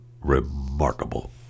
remarkable